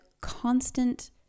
constant